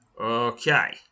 Okay